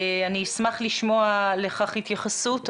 אני אשמח לשמוע לכך התייחסות.